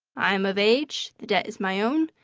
i am of age, the debt is my own,